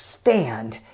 stand